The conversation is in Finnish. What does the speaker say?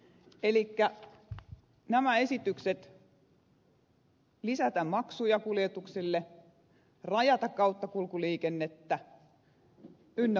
elikkä nämä esitykset lisätä maksuja kuljetuksille rajata kauttakulkuliikennettä ynnä muuta